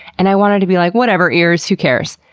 and i wanted to be like, whatever, ears. who cares?